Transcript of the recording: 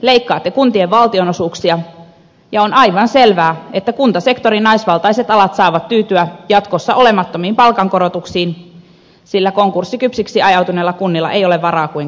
leikkaatte kuntien valtionosuuksia ja on aivan selvää että kuntasektorin naisvaltaiset alat saavat tyytyä jatkossa olemattomiin palkankorotuksiin sillä konkurssikypsiksi ajautuneilla kunnilla ei ole varaa kuin kauniiseen kiitokseen